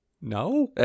No